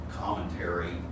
commentary